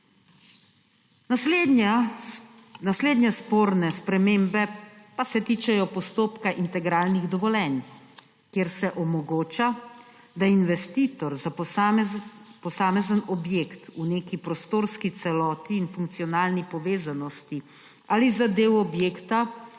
Naslednje sporne spremembe pa se tičejo postopka integralnih dovoljenj, kjer se omogoča, da investitor za posamezen objekt v neki prostorski celoti in funkcionalni povezanosti ali zadev objekta